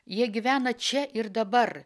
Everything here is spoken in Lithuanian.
jie gyvena čia ir dabar